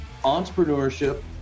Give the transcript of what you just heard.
entrepreneurship